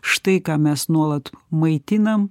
štai ką mes nuolat maitinam